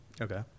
Okay